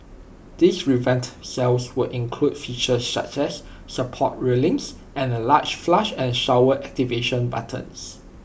these revamped cells will include features such as support railings and the large flush and shower activation buttons